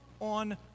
on